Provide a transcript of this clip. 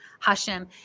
HaShem